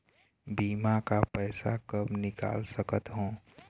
बीमा का पैसा कब निकाल सकत हो?